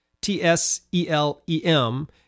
T-S-E-L-E-M